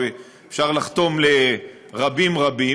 שאפשר לחתום לרבים-רבים,